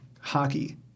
hockey